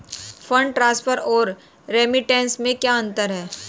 Fund transfer और remittance में क्या अंतर है?